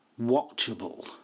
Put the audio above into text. Watchable